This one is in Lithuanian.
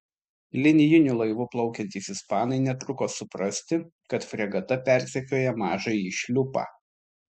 linijiniu laivu plaukiantys ispanai netruko suprasti kad fregata persekioja mažąjį šliupą